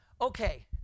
Okay